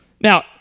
Now